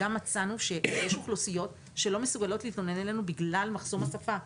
מצאנו שיש אוכלוסיות שלא מסוגלות להתלונן אלינו בגלל מחסום השפה.